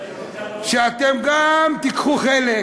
כדי שגם אתם תיקחו חלק.